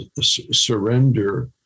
surrender